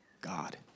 God